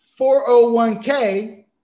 401k